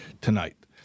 tonight